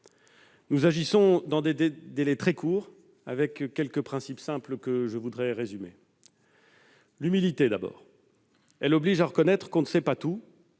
Nous agissons dans des délais très courts, selon quelques principes simples que je voudrais résumer. L'humilité, d'abord : elle oblige à reconnaître que l'on ne sait pas tout,